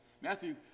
Matthew